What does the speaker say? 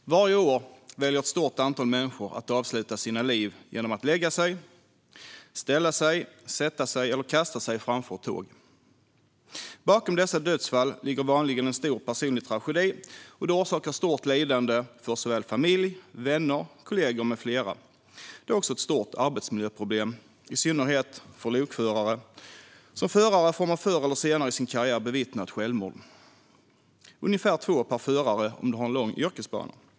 Fru talman! Varje år väljer ett stort antal människor att avsluta sina liv genom att lägga sig, ställa sig, sätta sig eller kasta sig framför tåg. Bakom dessa dödsfall ligger vanligen en stor personlig tragedi, och det orsakar stort lidande för familj, vänner, kollegor med flera. Detta är också ett stort arbetsmiljöproblem, i synnerhet för lokförare. Som förare får man förr eller senare i sin karriär bevittna ett självmord, ungefär två per förare om du har en lång yrkesbana.